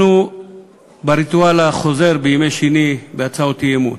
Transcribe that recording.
אנחנו בריטואל החוזר בימי שני בהצעות אי-אמון,